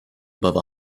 above